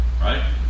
Right